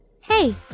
Hey